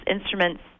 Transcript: instruments